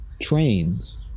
trains